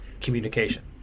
communication